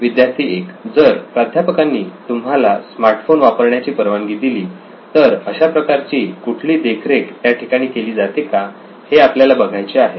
विद्यार्थी 1 जर प्राध्यापकांनी तुम्हाला स्मार्टफोन वापरण्याची परवानगी दिली तर अशा प्रकारची कुठली देख्ररेख त्या ठिकाणी केली जाते का हे आपल्याला बघायचे आहे